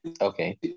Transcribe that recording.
okay